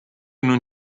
non